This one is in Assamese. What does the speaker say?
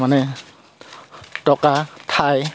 মানে টকা ঠাই